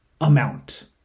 amount